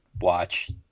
watch